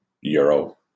euro